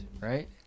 right